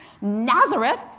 Nazareth